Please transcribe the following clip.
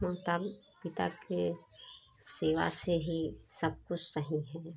माता पिता के सेवा से ही सब कुछ सही है